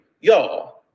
y'all